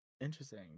Interesting